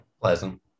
pleasant